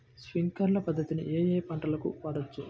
Sprinkler పద్ధతిని ఏ ఏ పంటలకు వాడవచ్చు?